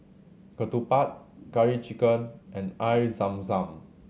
ketupat Curry Chicken and Air Zam Zam